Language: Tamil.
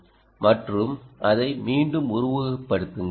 மற்றும் அதை மீண்டும் உருவகப்படுத்துங்கள்